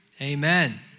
amen